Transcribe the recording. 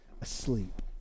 asleep